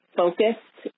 focused